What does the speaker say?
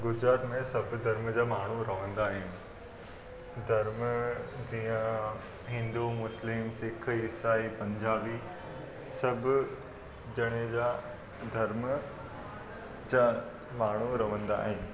गुजरात में सभु धर्म जा माण्हू रहंदा आहिनि धर्म जीअं हिंदू मुस्लिम सिख ईसाई पंजाबी सभु ॼणे जा धर्म जा माण्हू रहंदा आहिनि